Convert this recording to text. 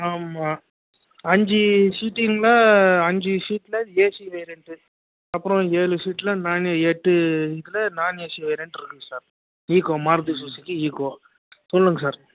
ஆமாம் அஞ்சு சீட்டிங்கில் அஞ்சு சீட்டில் ஏசி வேரியண்ட்டு அப்பறம் ஏழு சீட்டில் நான் எட்டு இதில் நான் ஏசி வேரியண்ட்யிருக்குங்க sir Eeco Maruti Suzuki Eeco சொல்லுங்கள் சார்